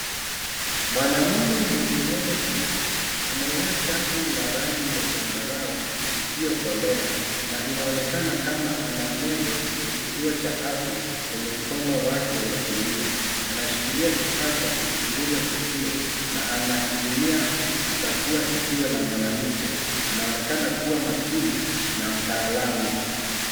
Mwanamume mwenye nywele fupi amevaa shati la rangi ya zambarau isiyokolea, na inaonekana kama ana nebo ya kituo cha afya kwenye mkono wake wa kulia. Anashikilia kifaa cha kuchunguza sikio na anakitumia kukagua sikio la mwanamke. Anaonekana kuwa makini na mtaalamu.